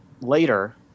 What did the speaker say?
later